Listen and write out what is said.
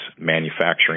manufacturing